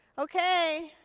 okay.